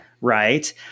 right